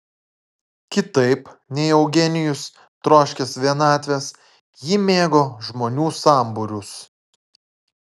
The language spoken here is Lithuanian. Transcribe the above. kitaip nei eugenijus troškęs vienatvės ji mėgo žmonių sambūrius